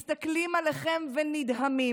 מסתכלים עליכם ונדהמים